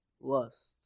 lust